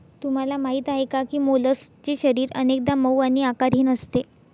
तुम्हाला माहीत आहे का की मोलस्कचे शरीर अनेकदा मऊ आणि आकारहीन असते